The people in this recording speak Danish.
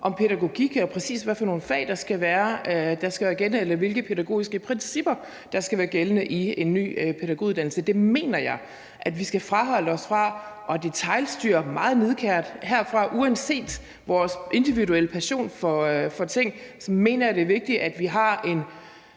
nogle fag eller hvilke pædagogiske principper der skal være gældende i en ny pædagoguddannelse. Det mener jeg at vi skal afholde os fra at detailstyre meget nidkært herfra. Uanset vores individuelle passion for ting mener jeg, det er vigtigt, at vi har en